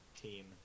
team